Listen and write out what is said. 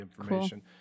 information